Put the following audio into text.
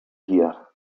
here